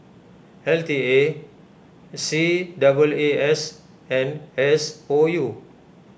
L T A C double A S and S O U